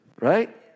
right